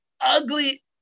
ugly